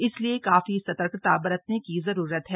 इसलिए काफी सर्तकता बरतने की जरूरत है